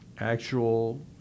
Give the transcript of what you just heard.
actual